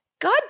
God